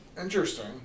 Interesting